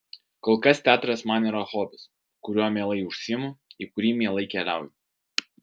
kol kas teatras man yra hobis kuriuo mielai užsiimu į kurį mielai keliauju